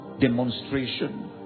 demonstration